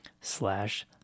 slash